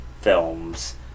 films